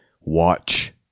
Watch